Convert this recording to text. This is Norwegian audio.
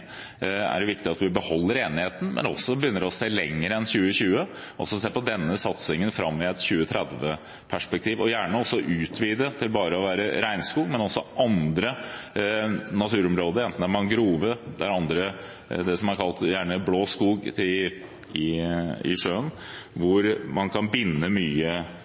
er det viktig at vi beholder enigheten om, men også at vi begynner å se lenger fram enn 2020, at vi også ser på denne satsingen i et 2030-perspektiv, og gjerne også utvider fra bare regnskog til andre naturområder, som mangrove – det som gjerne kalles den blå skog i sjøen – hvor man kan binde mye